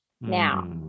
now